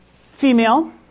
female